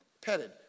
petted